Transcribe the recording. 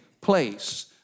place